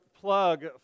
plug